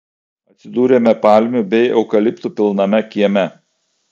atsidūrėme palmių bei eukaliptų pilname kieme